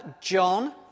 John